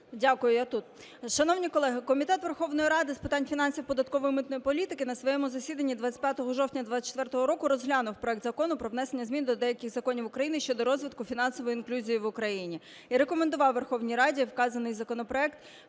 Дякую. Я тут. Шановні колеги, Комітет Верховної Ради з питань фінансів, податкової та митної політики на своєму засіданні 25 жовтня 24-го року розглянув проект Закону про внесення змін до деяких законів України щодо розвитку фінансової інклюзії в Україні і рекомендував Верховній Раді вказаний законопроект